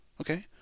okay